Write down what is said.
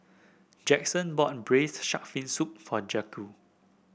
Jackson bought Braised Shark Fin Soup for Jaquez